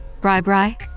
bri-bri